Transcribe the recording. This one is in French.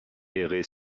errer